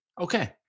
okay